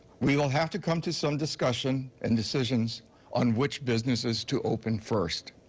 we will have to come to some discussion and decisions on which businesses to open first.